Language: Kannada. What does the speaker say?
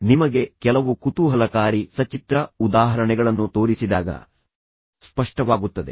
ನಿಮಗೆ ಕೆಲವು ಕುತೂಹಲಕಾರಿ ಸಚಿತ್ರ ಉದಾಹರಣೆಗಳನ್ನು ತೋರಿಸಿದಾಗ ಸ್ಪಷ್ಟವಾಗುತ್ತದೆ